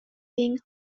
being